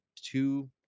two